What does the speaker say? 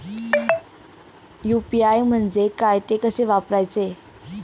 UPI म्हणजे काय, ते कसे वापरायचे?